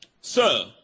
Sir